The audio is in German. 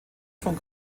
von